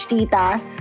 Titas